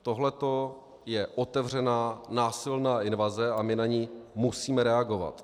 Tohle je otevřená násilná invaze, a my na ni musíme reagovat.